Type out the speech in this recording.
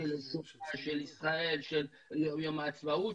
של ישראל, ביום העצמאות,